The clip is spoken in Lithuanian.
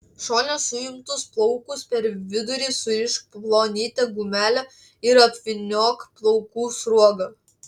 šone suimtus plaukus per vidurį surišk plonyte gumele ir apvyniok plaukų sruoga